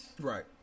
Right